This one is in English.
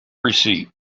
receipt